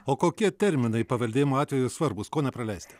o kokie terminai paveldėjimo atveju svarbūs ko nepraleisti